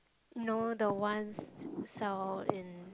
no the one sound in